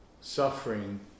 suffering